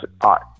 art